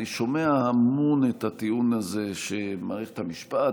אני שומע המון את הטיעון הזה על מערכת המשפט,